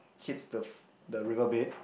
hits the f~ the river bed